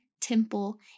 temple